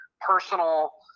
personal